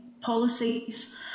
policies